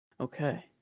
Okay